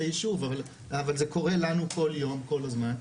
לישוב אבל זה קורה לנו כל יום כל הזמן,